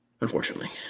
unfortunately